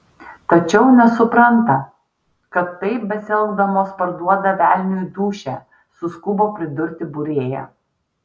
tačiau nesupranta kad taip besielgdamos parduoda velniui dūšią suskubo pridurti būrėja